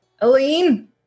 Aline